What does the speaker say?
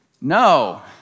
No